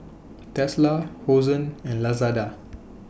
Tesla Hosen and Lazada